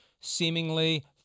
seemingly